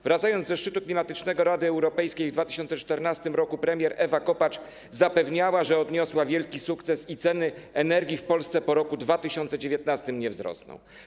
Wracając ze szczytu klimatycznego Rady Europejskiej w 2014 r., premier Ewa Kopacz zapewniała, że odniosła wielki sukces i ceny energii w Polsce po roku 2019 nie wzrosną.